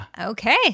Okay